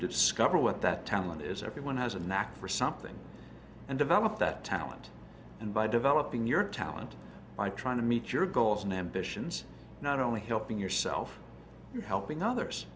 to discover what that talent is everyone has a knack for something and develop that talent and by developing your talent by trying to meet your goals and ambitions not only helping yourself helping others